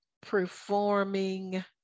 performing